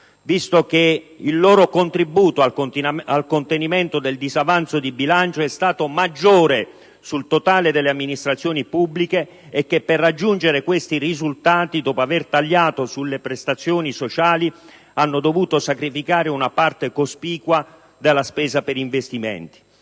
visto che il loro contributo al contenimento del disavanzo di bilancio è stato il maggiore sul totale delle amministrazioni pubbliche, e che per raggiungere questi risultati, dopo aver tagliato sulle prestazioni sociali, hanno dovuto sacrificare una parte cospicua della spesa per investimenti.